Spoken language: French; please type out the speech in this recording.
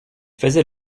faisait